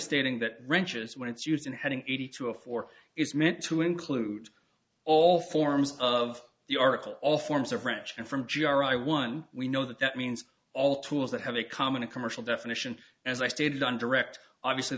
stating that wrenches when it's used in heading eighty to a four is meant to include all forms of the article all forms are french and from g r i one we know that that means all tools that have a common a commercial definition as i stated on direct obviously